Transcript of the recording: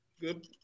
Good